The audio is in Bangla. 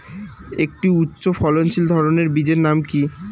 একটি উচ্চ ফলনশীল ধানের বীজের নাম কী?